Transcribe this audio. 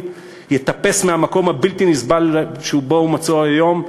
יטפס מהמקום הבלתי-נסבל שבו הוא מצוי היום,